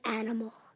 animal